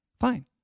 fine